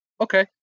okay